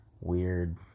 weird